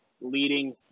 leading